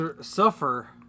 Suffer